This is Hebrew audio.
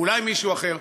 ואולי מישהו אחר,